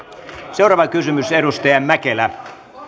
seuraava kysymys edustaja mäkelä arvoisa puhemies